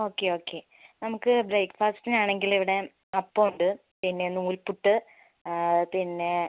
okay okay നമുക്ക് ബ്രേക്ഫാസ്റ്റിനാണെങ്കിൽ ഇവിടെ അപ്പം ഉണ്ട് പിന്നെ നൂൽപുട്ട് പിന്നെ